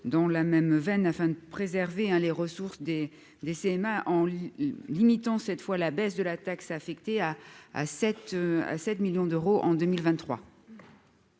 dans la même veine, afin de préserver les ressources des des CM1 en limitant cette fois, la baisse de la taxe affectée à à cette à 7 millions d'euros en 2023.